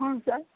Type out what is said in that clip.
ହଁ ସାର୍